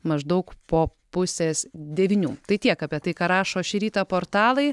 maždaug po pusės devynių tai tiek apie tai ką rašo šį rytą portalai